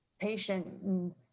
patient